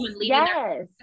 yes